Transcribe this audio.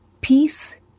Peace